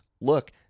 look